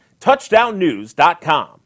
TouchdownNews.com